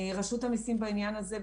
רשות המסים בעניין הזה,